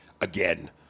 again